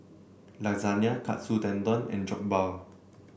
Lasagne Katsu Tendon and Jokbal